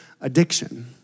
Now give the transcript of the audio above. addiction